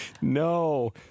No